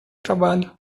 trabalho